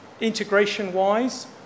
Integration-wise